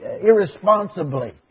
irresponsibly